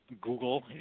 Google